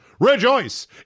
Rejoice